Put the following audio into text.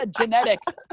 genetics